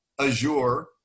Azure